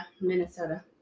Minnesota